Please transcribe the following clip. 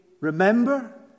Remember